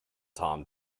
tom